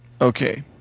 Okay